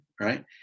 Right